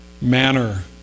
manner